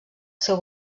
seu